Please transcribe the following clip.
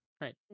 Right